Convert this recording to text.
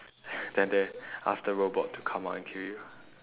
then they ask the robot to come out and kill you